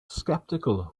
skeptical